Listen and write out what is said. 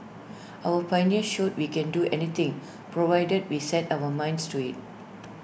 our pioneers showed we can do anything provided we set our minds to IT